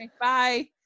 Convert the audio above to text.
Bye